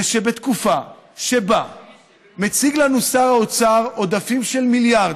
בתקופה שבה מציג לנו שר האוצר עודפים של מיליארדים,